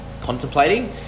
contemplating